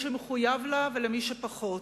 למי שמחויב לה, ולמי שפחות.